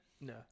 No